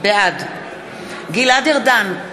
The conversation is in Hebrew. בעד גלעד ארדן,